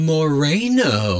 Moreno